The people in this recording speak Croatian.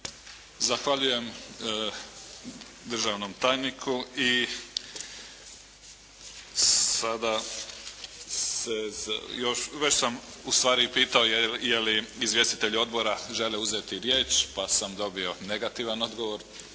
Zahvaljujem državnom tajniku. I sada se još, već sam ustvari pitao je li izvjestitelji odbora žele uzeti riječ pa sam dobio negativan odgovor.